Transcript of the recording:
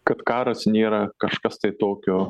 kad karas nėra kažkas tai tokio